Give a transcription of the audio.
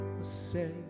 say